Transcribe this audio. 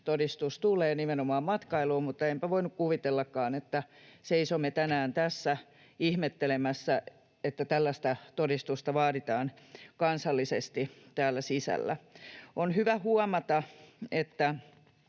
todistus tulee nimenomaan matkailuun, mutta enpä voinut kuvitellakaan, että seisomme tänään tässä ihmettelemässä, että tällaista todistusta vaaditaan kansallisesti täällä sisällä. On hyvä huomata, että